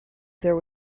there